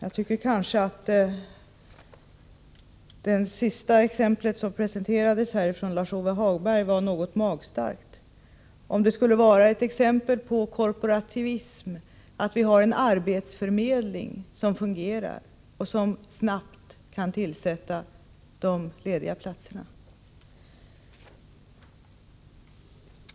Då tycker jag kanske att det sista exemplet som presenterades från Lars-Ove Hagberg var något magstarkt — om det skulle vara ett exempel på korporativism att vi har en arbetsförmedling som fungerar och som snabbt kan tillsätta de lediga platserna.